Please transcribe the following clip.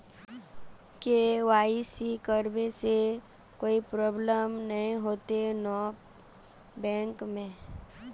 KYC करबे से कोई प्रॉब्लम नय होते न बैंक में?